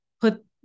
put